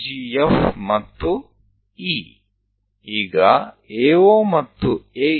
હવે AO અને AE ને વહેંચો